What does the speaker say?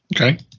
okay